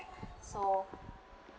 so